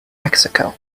mexico